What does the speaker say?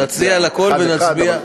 נציג את הכול ונצביע,